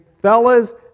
fellas